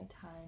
time